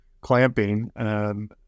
clamping